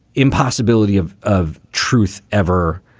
impossibility of of truth ever